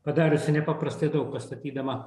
padariusi nepaprastai daug pastatydama